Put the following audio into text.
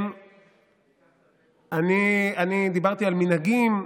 אני דיברתי על מנהגים.